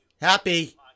Happy